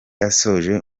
asoje